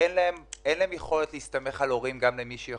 גם למי שיכול להסתמך על ההורים שלו,